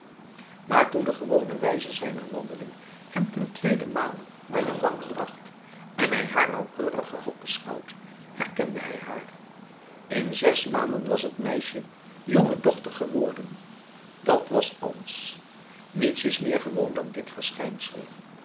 maar toen de gewone wijze zijner wandeling hem ten tweeden male bij de bank bracht en hij haar nauwkeuriger had beschouwd herkende hij haar in zes maanden was het meisje jongedochter geworden dat was alles niets is meer gewoon dan dit verschijnsel